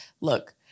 Look